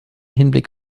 hinblick